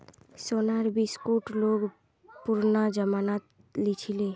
सोनार बिस्कुट लोग पुरना जमानात लीछीले